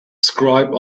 scribe